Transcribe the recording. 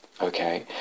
Okay